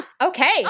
Okay